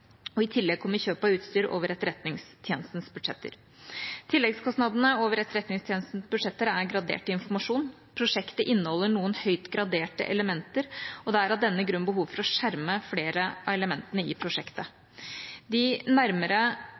kr. I tillegg kommer kjøp av utstyr over etterretningstjenestens budsjetter. Tilleggskostnadene over etterretningstjenestens budsjetter er gradert informasjon. Prosjektet inneholder noen høyt graderte elementer, og det er av denne grunn behov for å skjerme flere av elementene i prosjektet. De nærmere